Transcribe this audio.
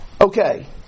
Okay